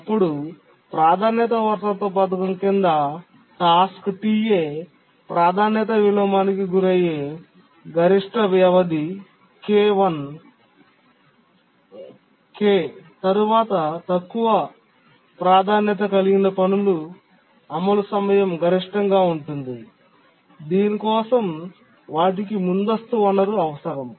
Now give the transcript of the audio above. అప్పుడు ప్రాధాన్యతా వారసత్వ పథకం కింద టాస్క్ Ta ప్రాధాన్యత విలోమానికి గురయ్యే గరిష్ట వ్యవధి k తక్కువ ప్రాధాన్యత కలిగిన పనుల అమలు సమయం గరిష్టంగా ఉంటుంది దీని కోసం వాటికి ముందస్తు వనరు అవసరం